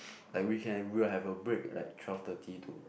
like we can we will have a break like twelve thirty to